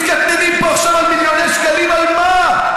מתקטננים פה עכשיו על מיליוני שקלים, על מה?